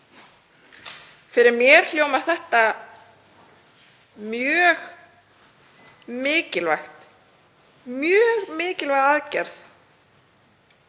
Fyrir mér hljómar þetta mjög mikilvægt, mjög mikilvæg aðgerð